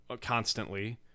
constantly